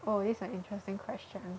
oh this an interesting question